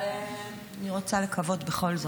אבל אני רוצה לקוות שבכל זאת,